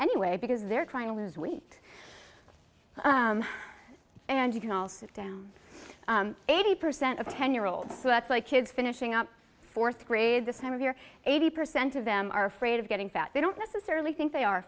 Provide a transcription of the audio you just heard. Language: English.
anyway because they're trying to lose wheat and you can all sit down eighty percent of ten year olds so that's why kids finishing up fourth grade this time of year eighty percent of them are afraid of getting fat they don't necessarily think they are